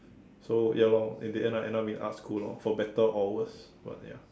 so ya lor in the end I end up in arts school lor for better or worse but ya